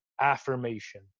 affirmation